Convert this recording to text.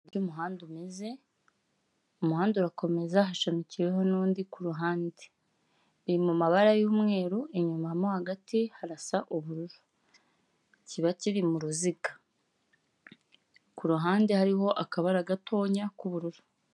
Uburyo umuhanda umeze, umuhanda urakomeza, hashamikiyeho n'undi ku ruhande. Biri mu mabara y'umweru inyuma mo hagati harasa ubururu, kiba kiri mu kiziga ku ruhande hariho akabara gatoya k'ubururu.